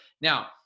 Now